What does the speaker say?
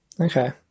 okay